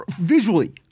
visually